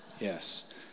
Yes